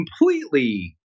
completely